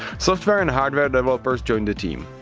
software and hardware developers joined the team.